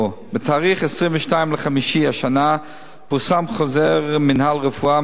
בתאריך 22 במאי השנה פורסם חוזר מינהל רפואה מס'